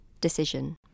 decision